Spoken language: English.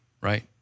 right